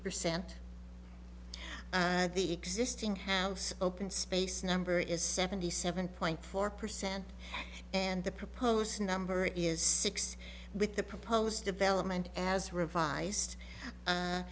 percent of the existing house open space number is seventy seven point four percent and the proposed number is six with the proposed development as revised